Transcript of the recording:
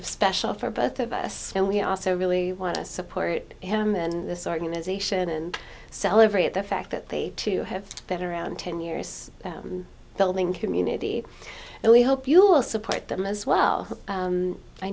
of special for both of us and we are so really want to support him and this organization and celebrate the fact that they too have been around ten years building community and we hope you'll support them as well